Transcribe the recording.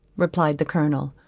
replied the colonel,